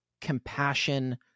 compassion